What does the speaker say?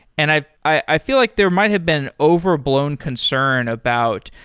and i i feel like there might have been overblown concern about,